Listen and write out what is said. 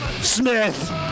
Smith